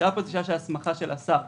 השאלה היא על ההסמכה של השר.